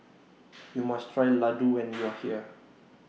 YOU must Try Laddu when YOU Are here